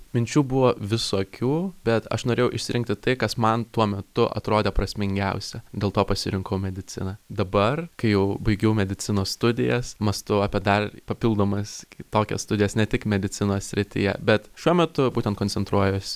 minčių buvo visokių bet aš norėjau išsirinkti tai kas man tuo metu atrodė prasmingiausia dėl to pasirinkau mediciną dabar kai jau baigiau medicinos studijas mąstau apie dar papildomas kitokias studijas ne tik medicinos srityje bet šiuo metu būtent koncentruojuos